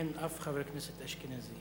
אין אף חבר כנסת אשכנזי.